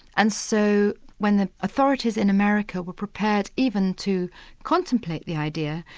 and so when the authorities in america were prepared even to contemplate the idea,